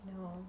No